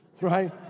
right